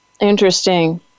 Interesting